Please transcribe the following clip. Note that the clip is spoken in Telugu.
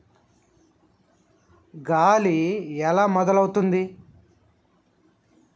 గాలి ఎలా మొదలవుతుంది?